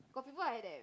got people like that